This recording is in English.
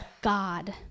God